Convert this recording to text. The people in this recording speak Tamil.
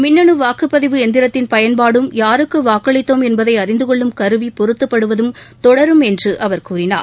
மின்னணு வாக்குப்பதிவு எந்திரத்தின் பயன்பாடும் யாருக்கு வாக்களித்தோம் என்பதை அறிந்து கொள்ளும் கருவி பொருத்தப்படுவதும் தொடரும் என்று அவர் கூறினார்